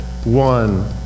one